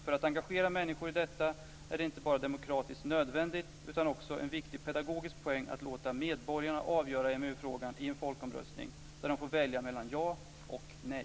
För att engagera människor i detta är det inte bara demokratiskt nödvändigt utan också en viktig pedagogisk poäng att låta medborgarna avgöra EMU-frågan i en folkomröstning där de får välja mellan ja och nej.